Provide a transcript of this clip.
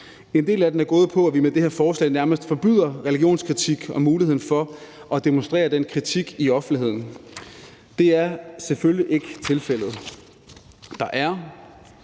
En del af den er gået på, at vi med det her forslag nærmest forbyder religionskritik og muligheden for at demonstrere den kritik i offentligheden. Det er selvfølgelig ikke tilfældet.